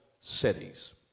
cities